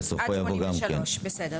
אפשר להצביע על הכול ביחד.